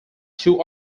two